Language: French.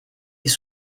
est